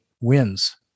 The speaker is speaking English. wins